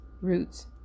roots